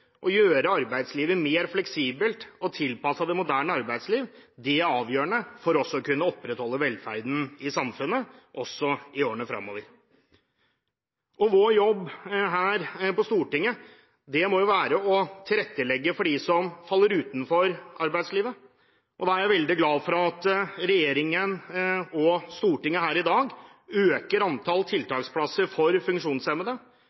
gjøre arbeidslivet mer fleksibelt og tilpasset det moderne arbeidsliv er avgjørende for å kunne opprettholde velferden i samfunnet også i årene fremover. Vår jobb her på Stortinget må være å tilrettelegge for dem som faller utenfor arbeidslivet. Da er jeg veldig glad for at regjeringen og Stortinget her i dag øker antall tiltaksplasser for funksjonshemmede med 1 000 flere enn Stoltenberg-regjeringen foreslo, totalt sett en økning i tiltaksposten for funksjonshemmede